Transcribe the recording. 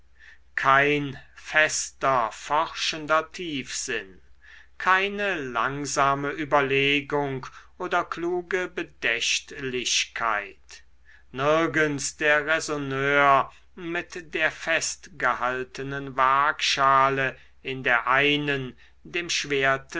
kein fester forschender tiefsinn keine langsame überlegung oder kluge bedächtlichkeit nirgends der raisonneur mit der festgehaltenen waagschale in der einen dem schwerte